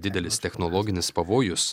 didelis technologinis pavojus